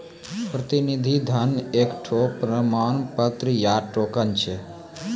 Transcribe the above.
प्रतिनिधि धन एकठो प्रमाण पत्र या टोकन छै